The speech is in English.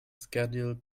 scheduled